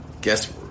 guess